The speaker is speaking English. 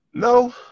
No